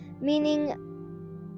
Meaning